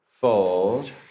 Fold